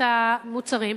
המוצרים,